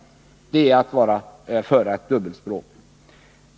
Detta är att föra ett dubbelspråk.